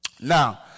Now